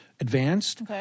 Advanced